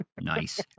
nice